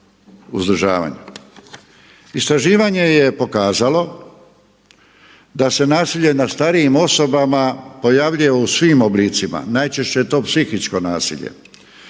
uzdržavanju. Istraživanje je pokazalo da se nasilje nad starijim osobama pojavljuje u svim oblicima. Najčešće je to psihičko nasilje